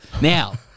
Now